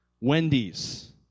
Wendy's